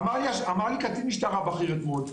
אמר לי קצין משטרה בכיר אתמול.